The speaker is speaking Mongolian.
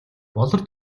болор